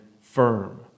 firm